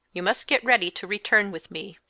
you must get ready to return with me.